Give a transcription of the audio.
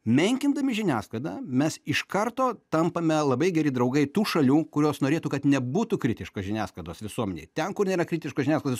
menkindami žiniasklaidą mes iš karto tampame labai geri draugai tų šalių kurios norėtų kad nebūtų kritiškos žiniasklaidos visuomenėj ten kur nėra kritiškos žiniasklaidos